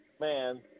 Man